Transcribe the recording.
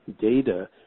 data